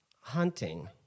hunting